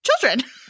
Children